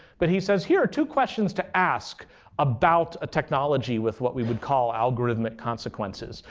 but he says, here are two questions to ask about a technology with what we would call algorithmic consequences.